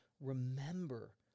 Remember